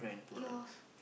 yeah